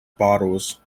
bottles